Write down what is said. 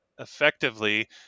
effectively